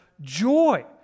joy